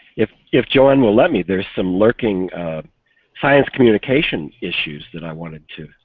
if if joanne will let me there is some lurking science communication issues and i wanted to.